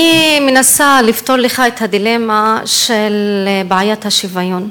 אני מנסה לפתור לך את הדילמה של בעיית השוויון,